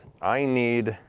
i need